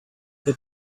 they